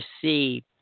see